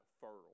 fertile